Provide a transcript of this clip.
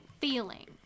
feeling